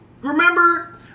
remember